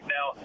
Now